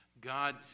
God